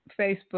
Facebook